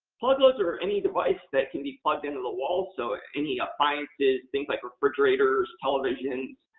plug loads are any device that can be plugged into the wall. so, any appliances, things like refrigerators, television.